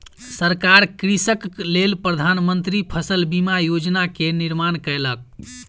सरकार कृषकक लेल प्रधान मंत्री फसल बीमा योजना के निर्माण कयलक